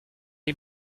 est